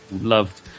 Loved